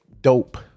Dope